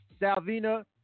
Salvina